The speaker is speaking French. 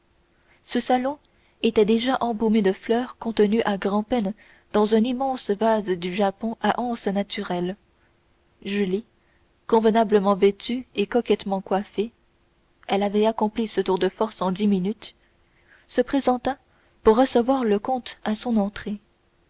le salon était déjà embaumé de fleurs contenues à grand-peine dans un immense vase du japon à anses naturelles julie convenablement vêtue et coquettement coiffée elle avait accompli ce tour de force en dix minutes se présenta pour recevoir le comte à son entrée